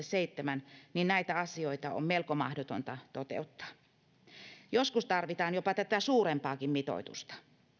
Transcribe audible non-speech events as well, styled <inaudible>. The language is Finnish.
<unintelligible> seitsemän niin näitä asioita on melko mahdotonta toteuttaa joskus tarvitaan jopa tätä suurempaakin mitoitusta